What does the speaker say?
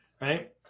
right